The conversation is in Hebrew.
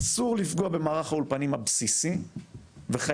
אסור לפגוע במערך האולפנים הבסיסי וחייבים